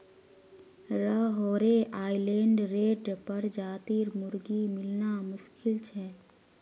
Rhode Island Red प्रजातिर मुर्गी मिलना मुश्किल छ